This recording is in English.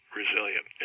resilient